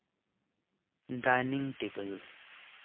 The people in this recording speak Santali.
dining table